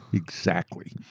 exactly.